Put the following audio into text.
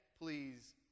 please